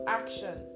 action